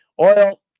Oil